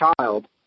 child